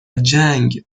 جنگ